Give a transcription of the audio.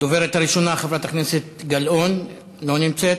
הדוברת הראשונה, חברת הכנסת גלאון, לא נמצאת.